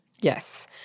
Yes